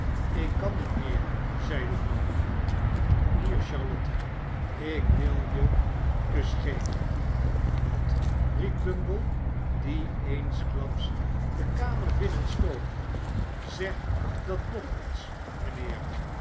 ik kan niet meer zeide noach kom hier charlotte ik wil je een kus geven wat riep bumble die eensklaps de kamer binnenstoof zeg dat nog eens mijnheer